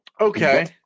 Okay